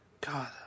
god